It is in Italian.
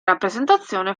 rappresentazione